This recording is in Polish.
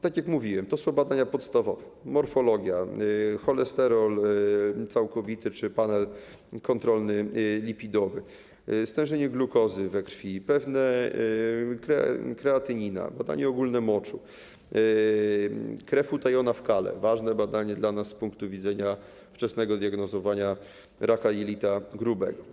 Tak jak mówiłem, to są badania podstawowe: morfologia, cholesterol całkowity czy panel kontrolny lipidowy, stężenie glukozy we krwi, kreatynina, badanie ogólne moczu, krew utajona w kale - ważne badanie dla nas z punktu widzenia wczesnego diagnozowania raka jelita grubego.